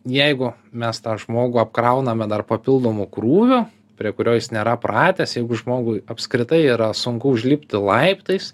jeigu mes tą žmogų apkrauname dar papildomu krūviu prie kurio jis nėra pratęs jeigu žmogui apskritai yra sunku užlipti laiptais